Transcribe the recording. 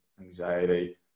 anxiety